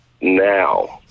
now